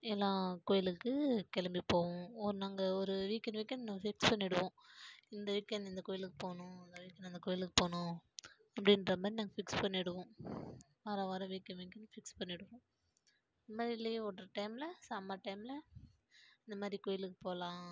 எல்லாம் கோயிலுக்கு கிளம்பி போவோம் ஒரு நாங்கள் ஒரு வீக்கெண்ட் வீக்கெண்ட் ஃபிக்ஸ் பண்ணிடுவோம் இந்த வீக்கெண்ட் இந்த கோயிலுக்குப் போகணும் இந்த வீக்கெண்ட் இந்த கோயிலுக்குப் போகணும் அப்படின்ற மாதிரி நாங்கள் ஃபிக்ஸ் பண்ணிடுவோம் வாரா வாரம் வீக்கெண்ட் வீக்கெண்ட் ஃபிக்ஸ் பண்ணிடுவோம் இதுமாதிரி லீவ் விடுகிற டைமில் சம்மர் டைமில் இந்தமாதிரி கோயிலுக்கு போகலாம்